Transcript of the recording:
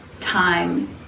time